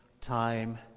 time